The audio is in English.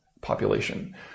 population